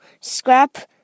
scrap